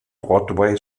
broadway